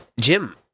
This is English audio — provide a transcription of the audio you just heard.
jim